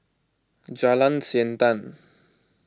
Jalan Siantan